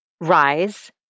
rise